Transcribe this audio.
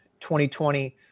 2020